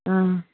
ஆ